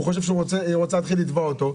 הוא חושב שאת רוצה לתבוע אותו.